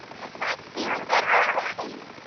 my plant's feeling better already.